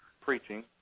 preaching